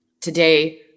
Today